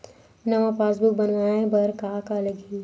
नवा पासबुक बनवाय बर का का लगही?